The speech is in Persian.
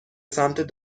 سمت